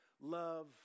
love